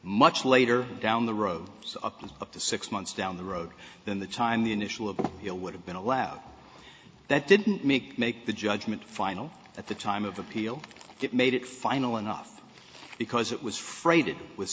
much later down the road up to six months down the road then the time the initial of here would have been allowed that didn't make make the judgment final at the time of appeal it made it final enough because it was